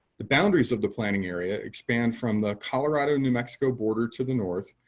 the boundaries of the planning area expand from the colorado new mexico border to the north,